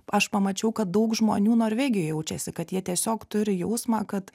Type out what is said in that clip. aš pamačiau kad daug žmonių norvegijoj jaučiasi kad jie tiesiog turi jausmą kad